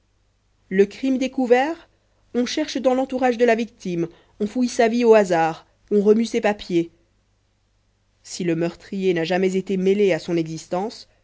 le crime découvert on cherche dans l'entourage de la victime on fouille sa vie au hasard on remue ses papiers si le meurtrier n'a jamais été mêlé à son existence